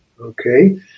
Okay